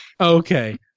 Okay